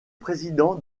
président